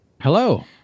Hello